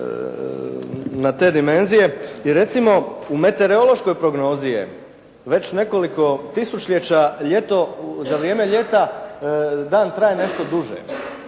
na te dimenzije i recimo u meteorološkoj prognozi je već nekoliko tisućljeća ljeto, za vrijeme ljeta dan traje nešto duže.